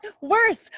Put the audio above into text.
worse